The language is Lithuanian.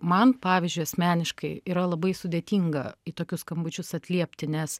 man pavyzdžiui asmeniškai yra labai sudėtinga į tokius skambučius atliepti nes